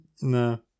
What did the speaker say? No